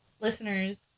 listeners